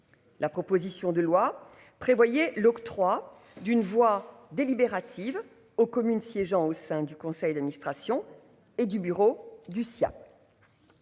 La proposition de loi prévoyait l'octroi d'une voix délibérative aux communes siégeant au sein du conseil d'administration et du bureau du sien.